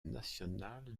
national